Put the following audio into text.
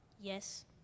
Yes